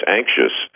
anxious